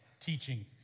teaching